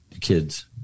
kids